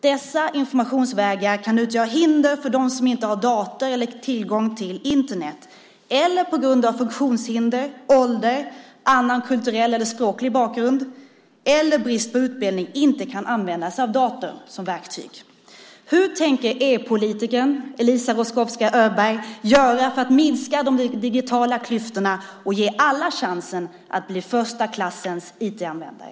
Dessa informationsvägar kan utgöra hinder för dem som inte har dator eller tillgång till Internet eller på grund av funktionshinder, ålder, annan kulturell eller språklig bakgrund eller brist på utbildning inte kan använda sig av datorn som verktyg. Hur tänker e-politikern Eliza Roszkowska Öberg göra för att minska de digitala klyftorna och ge alla chansen till att bli första klassens IT-användare?